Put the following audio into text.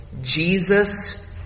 Jesus